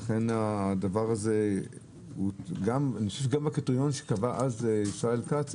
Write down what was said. לכן גם הקריטריון שקבע אז ישראל כץ,